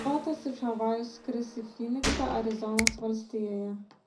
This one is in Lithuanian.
pilotas iš havajų skris į fyniksą arizonos valstijoje